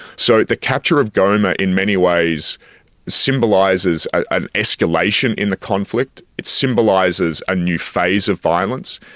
so the capture of goma in many ways symbolises an escalation in the conflict, it symbolises a new phase of violence,